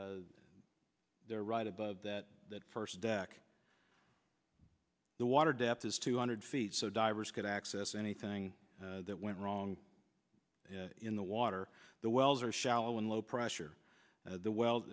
they're right above that first deck the water depth is two hundred feet so divers could access anything that went wrong in the water the wells are shallow in low pressure the well